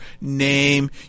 name